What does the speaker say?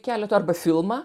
keleto arba filmą